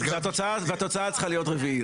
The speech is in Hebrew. והתוצאה צריכה להיות רביעית,